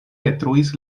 detruis